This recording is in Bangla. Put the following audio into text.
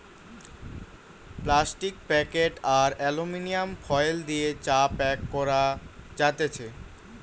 প্লাস্টিক প্যাকেট আর এলুমিনিয়াম ফয়েল দিয়ে চা প্যাক করা যাতেছে